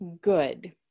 good